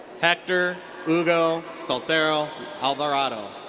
hector hugo soltero alvarado.